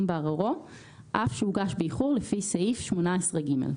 בעררו אף שהוגש באיחור לפי סעיף 18(ג).